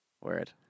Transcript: Word